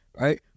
right